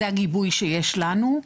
זה הגיבוי שיש לנו.